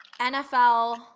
NFL –